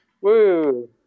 Woo